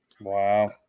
Wow